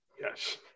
Yes